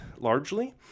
largely